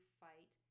fight